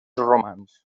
romans